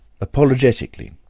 Apologetically